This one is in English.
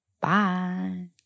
Bye